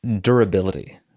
durability